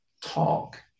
talk